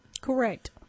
Correct